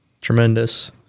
Tremendous